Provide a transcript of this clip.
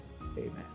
amen